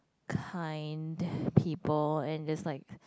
kind people and just like